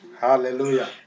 Hallelujah